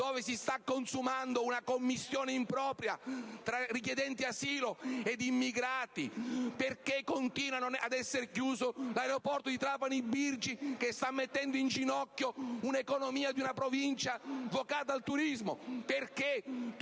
dove si sta consumando una commistione impropria tra richiedenti asilo ed immigrati; perché continua ad essere chiuso l'aeroporto di Trapani-Birgi, così mettendo in ginocchio l'economia di una provincia vocata al turismo. Domando perché